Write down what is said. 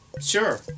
sure